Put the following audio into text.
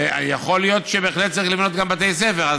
ויכול להיות שבהחלט צריך גם לבנות בתי ספר.